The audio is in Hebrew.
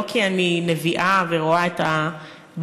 לא כי אני נביאה ורואה את הבאות,